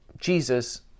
Jesus